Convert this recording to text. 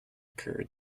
occur